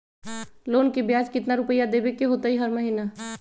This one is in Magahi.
लोन के ब्याज कितना रुपैया देबे के होतइ हर महिना?